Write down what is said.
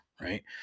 right